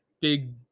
big